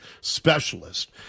specialist